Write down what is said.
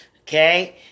Okay